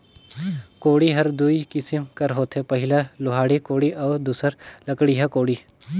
कोड़ी हर दुई किसिम कर होथे पहिला लोहाटी कोड़ी अउ दूसर लकड़िहा कोड़ी